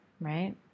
right